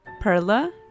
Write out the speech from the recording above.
Perla